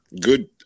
good –